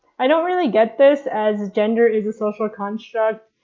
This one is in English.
i don't really get this as gender is a social construct,